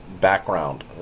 background